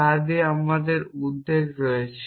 তা নিয়ে আমাদের একটি উদ্বেগ রয়েছে